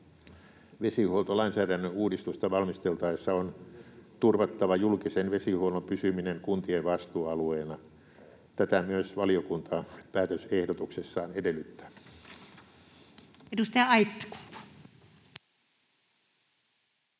Vesihuoltolainsäädännön uudistusta valmisteltaessa on turvattava julkisen vesihuollon pysyminen kuntien vastuualueena. Tätä myös valiokunta päätösehdotuksessaan edellyttää.